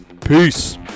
Peace